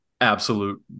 absolute